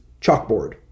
chalkboard